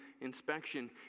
inspection